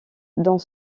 dans